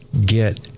get